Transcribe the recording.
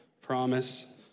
Promise